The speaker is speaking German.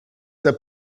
der